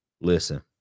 Listen